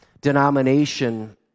denomination